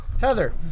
Heather